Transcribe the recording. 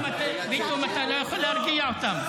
פתאום אתה לא יכול להרגיע אותם.